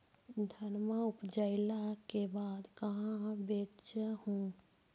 धनमा उपजाईला के बाद कहाँ बेच हू?